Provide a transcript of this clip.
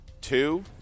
Two